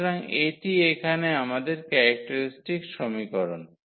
সুতরাং এটি এখানে আমাদের ক্যারেক্টারিস্টিক সমীকরণ